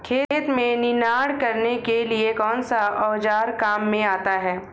खेत में निनाण करने के लिए कौनसा औज़ार काम में आता है?